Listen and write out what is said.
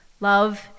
Love